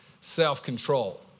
self-control